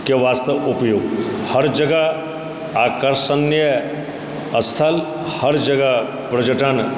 के वास्ते उपयुक्त हर जगह आकर्षणीय स्थल हर जगह पर्यटन